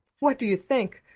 what do you think?